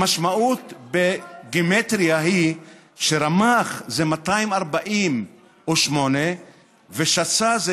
המשמעות בגימטרייה היא שרמ"ח זה 248 ושס"ה זה